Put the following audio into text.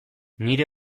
nire